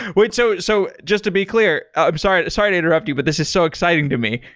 wait, so so just to be clear. i'm sorry. sorry to interrupt you, but this is so exciting to me.